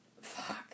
Fuck